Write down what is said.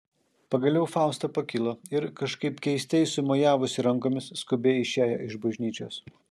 pagaliau fausta pakilo ir kažkaip keistai sumojavusi rankomis skubiai išėjo iš bažnyčios